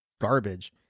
garbage